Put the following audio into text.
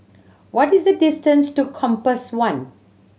what is the distance to Compass One